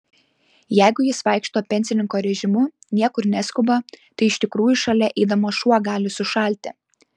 jeigu jis vaikšto pensininko režimu niekur neskuba tai iš tikrųjų šalia eidamas šuo gali sušalti